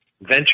Venture